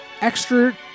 Extra